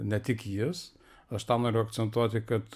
ne tik jis aš tą noriu akcentuoti kad